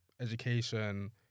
education